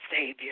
Savior